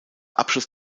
abschluss